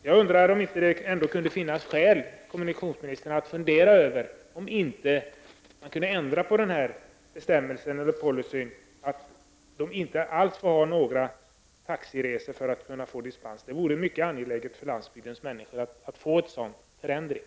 Jag undrar om det ändå inte skulle kunna finnas skäl, kommunikationsministern, att fundera över om det inte går att ändra på bestämmelsen eller policyn att man inte får köra några vanliga taxiresor för att få dispens. Det vore mycket angeläget för människorna på landsbygden med en sådan förändring.